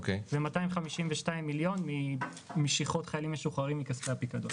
ו-252 ממשיכות חיילים משוחררים מכספי הפיקדון.